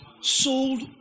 Sold